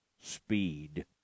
speed